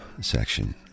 section